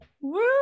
Woo